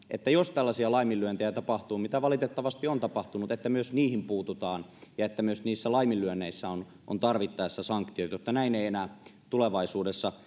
että jos tällaisia laiminlyöntejä tapahtuu joita valitettavasti on tapahtunut niin myös niihin puututaan ja myös niissä laiminlyönneissä on on tarvittaessa sanktiot jotta näin ei enää tulevaisuudessa